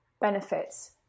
benefits